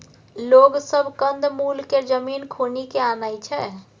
लोग सब कंद मूल केँ जमीन खुनि केँ आनय छै